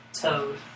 Toad